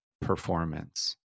performance